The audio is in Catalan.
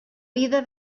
vida